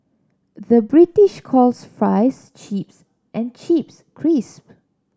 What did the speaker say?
the British calls fries chips and chips crisp